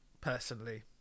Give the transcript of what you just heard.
personally